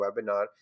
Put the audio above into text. webinar